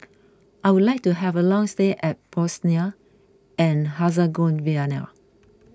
I would like to have a long stay at Bosnia and Herzegovina